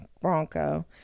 Bronco